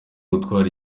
gutwara